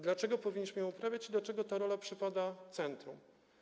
Dlaczego powinniśmy ją uprawiać i dlaczego ta rola przypada centrum?